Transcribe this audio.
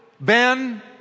Ben